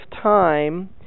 time